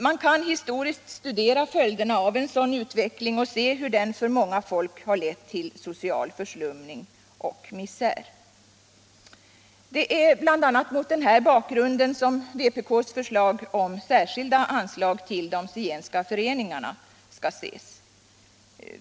Man kan historiskt studera följderna av en sådan utveckling och se hur den för många folk har lett till social förslummning och misär. Det är bl.a. mot den här bakgrunden som vpk:s förslag om särskilda anslag till de zigenska föreningarna skall ses.